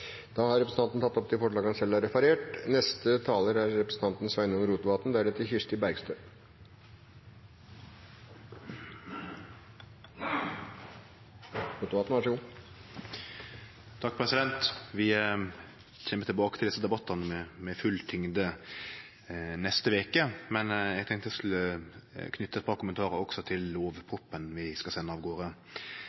representanten Per Olaf Lundteigen tatt opp de forslagene han refererte til. Vi kjem tilbake til desse debattane med full tyngde neste veke, men eg tenkte eg skulle knyte eit par kommentarar til lovproposisjonen vi skal sende av garde. Først til